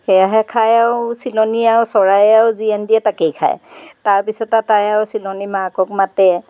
সেয়াহে খায় আৰু চিলনী আৰু চৰায়ে আৰু যি আনি দিয়ে তাকেই খায় তাৰপিছতে তাই আৰু চিলনী মাকক মাতে